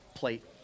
plate